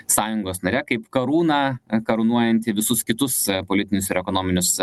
sąjungos nare kaip karūną karūnuojantį visus kitus politinius ir ekonominius